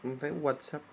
ओमफ्राय व्हाट्सेप